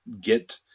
get